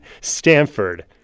Stanford